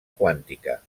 quàntica